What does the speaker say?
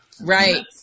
Right